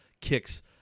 kicks